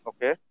Okay